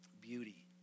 beauty